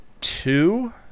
two